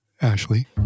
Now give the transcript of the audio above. ashley